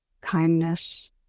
kindness